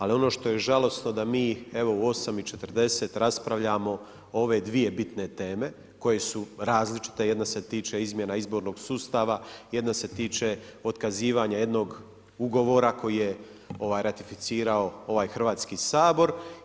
Ali ono što je žalosno da mi evo u 8,40 raspravljamo o ove dvije bitne teme koje su različite, jedna se tiče izmjena izbornog sustava, jedna se tiče otkazivanje jednog ugovora koji je ratificirao ovaj Hrvatski sabor.